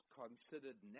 considered